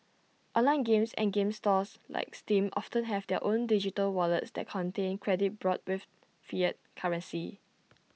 online games and game stores like steam often have their own digital wallets that contain credit bought with fiat currency